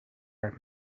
art